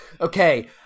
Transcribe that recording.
okay